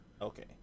Okay